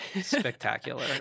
spectacular